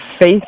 faith